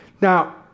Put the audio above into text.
now